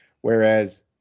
Whereas